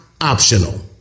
optional